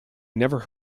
never